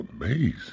amazing